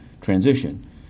transition